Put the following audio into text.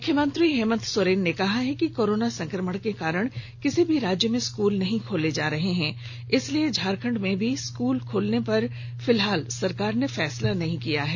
मुख्यमंत्री हेमंत सोरेन ने कहा है कि कोरोना संकमण के कारण किसी भी राज्य में स्कूल नहीं खोले जा रहे हैं इसलिए झारखंड में भी स्कूल खोलने पर फिलहाल सरकार ने फैसला नहीं किया है